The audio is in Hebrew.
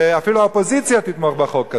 ואפילו האופוזיציה תתמוך בחוק הזה.